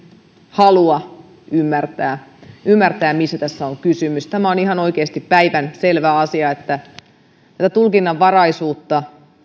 halua ymmärtää ymmärtää mistä tässä on kysymys tämä on ihan oikeasti päivänselvä asia tätä tulkinnanvaraisuutta